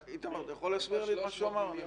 איתמר, אתה יכול להסביר לי את מה שהוא אמר?